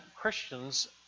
Christians